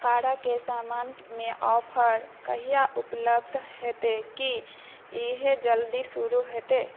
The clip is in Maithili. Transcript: कारक सामान मे ऑफर कहिआ उपलब्ध हेतै की ई जल्दी शुरू हेतै